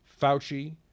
Fauci